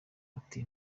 ati